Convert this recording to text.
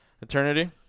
Eternity